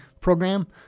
program